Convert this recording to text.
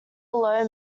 low